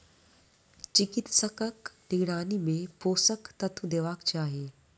चिकित्सकक निगरानी मे पोषक तत्व देबाक चाही